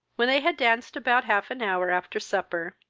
when they had danced about half an hour after supper,